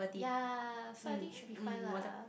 ya so I think should be fine lah